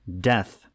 death